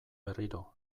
berriro